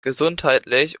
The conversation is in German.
gesundheitlich